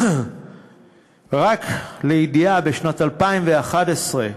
רק לידיעה, בשנת 2011,